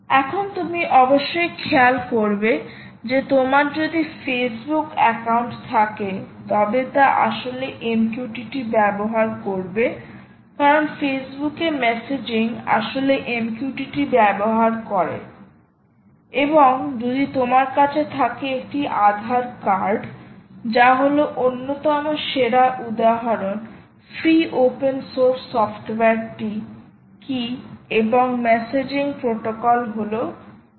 এখন তুমি অবশ্যই খেয়াল করবে যে তোমার যদি ফেসবুক অ্যাকাউন্ট থাকে তবে তা আসলে MQTT ব্যবহার করবে কারণ ফেসবুকে মেসেজিং আসলে MQTT ব্যবহার করে এবং যদি তোমার কাছে থাকে একটি আধার কার্ডযা হলো অন্যতম সেরা উদাহরণ ফ্রি ওপেন সোর্স সফটওয়্যারটি কী এবং মেসেজিং প্রোটোকল হল AMPQ